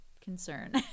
concern